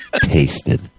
Tasted